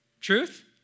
Truth